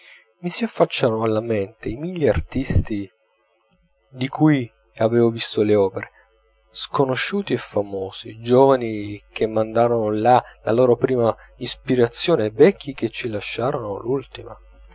mi si affacciarono alla mente i mille artisti di cui avevo visto le opere sconosciuti e famosi giovani che mandaron là la loro prima ispirazione e vecchi che ci lasciarono l'ultima